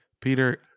Peter